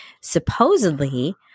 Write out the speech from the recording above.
supposedly